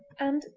and,